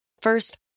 First